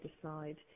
decide